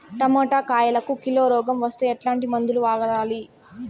Tomato కాయలకు kilo రోగం వస్తే ఎట్లాంటి మందులు వాడాలి?